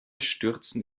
stürzen